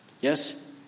Yes